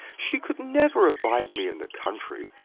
she could never abide me in the country,